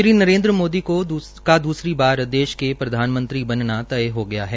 श्री नरेन्द्र मोदी का दूसरी बार देश के प्रधानमंत्री बनना तय हो गया है